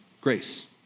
grace